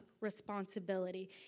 responsibility